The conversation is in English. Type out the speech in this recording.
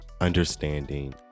understanding